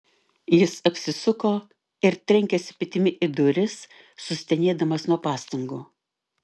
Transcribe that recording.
jis apsisuko ir trenkėsi petimi į duris sustenėdamas nuo pastangų